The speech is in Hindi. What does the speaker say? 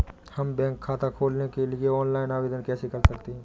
हम बैंक खाता खोलने के लिए ऑनलाइन आवेदन कैसे कर सकते हैं?